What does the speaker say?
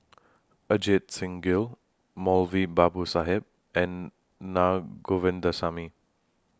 Ajit Singh Gill Moulavi Babu Sahib and Naa Govindasamy